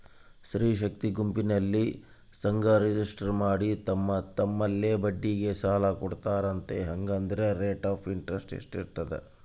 ಸ್ತ್ರೇ ಶಕ್ತಿ ಗುಂಪಿನಲ್ಲಿ ಸಂಘ ರಿಜಿಸ್ಟರ್ ಮಾಡಿ ತಮ್ಮ ತಮ್ಮಲ್ಲೇ ಬಡ್ಡಿಗೆ ಸಾಲ ಕೊಡ್ತಾರಂತೆ, ಹಂಗಾದರೆ ರೇಟ್ ಆಫ್ ಇಂಟರೆಸ್ಟ್ ಎಷ್ಟಿರ್ತದ?